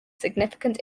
significant